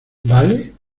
vale